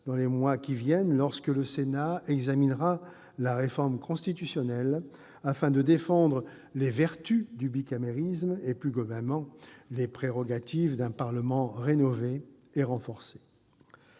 dans les mois à venir, lorsque le Sénat examinera la réforme constitutionnelle, afin de défendre les vertus du bicamérisme et, plus globalement, les prérogatives d'un Parlement rénové et renforcé.